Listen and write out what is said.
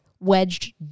wedged